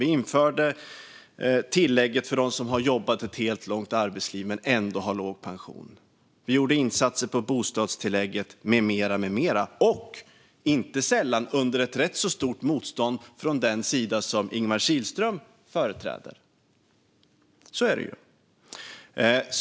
Vi införde tillägget för dem som har jobbat ett helt långt arbetsliv men ändå har låg pension. Vi gjorde insatser på bostadstillägget med mera - inte sällan under rätt stort motstånd från den sida som Ingemar Kihlström företräder. Så är det ju.